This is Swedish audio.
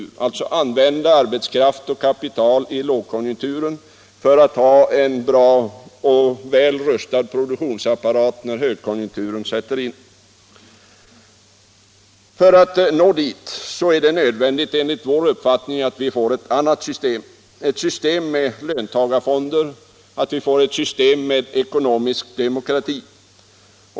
Man skall alltså använda arbetskraft och kapital i lågkonjunkturen för att kunna ha en bra och väl rustad produktionsapparat till förfogande när högkonjunkturen sätter in. För att nå dit är det enligt vår uppfattning nödvändigt att vi får ett annat system, byggt på löntagarfonder och ekonomisk demokrati.